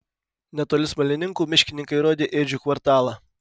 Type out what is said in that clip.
netoli smalininkų miškininkai rodė ėdžių kvartalą